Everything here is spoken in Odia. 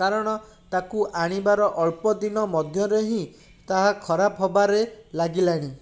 କାରଣ ତାକୁ ଆଣିବାର ଅଳ୍ପଦିନ ମଧ୍ୟରେ ହିଁ ତାହା ଖରାପ ହେବାରେ ଲାଗିଲାଣି